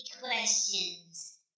questions